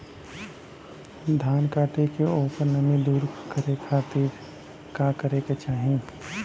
धान कांटेके ओकर नमी दूर करे खाती का करे के चाही?